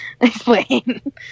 explain